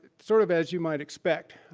sort of as you might expect.